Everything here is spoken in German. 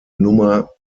nummer